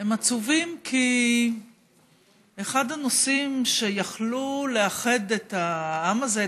הם עצובים כי אחד הנושאים שיכלו לאחד את העם הזה,